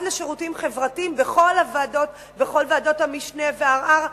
לשירותים חברתיים בכל ועדות המשנה והערר,